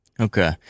Okay